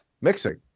mixing